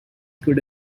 good